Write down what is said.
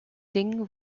dingen